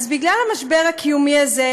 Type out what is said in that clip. בגלל המשבר הקיומי הזה,